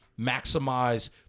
maximize